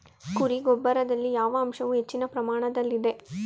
ಕುರಿ ಗೊಬ್ಬರದಲ್ಲಿ ಯಾವ ಅಂಶವು ಹೆಚ್ಚಿನ ಪ್ರಮಾಣದಲ್ಲಿದೆ?